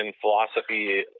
philosophy